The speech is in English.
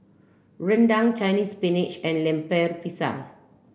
Rendang Chinese Spinach and Lemper Pisang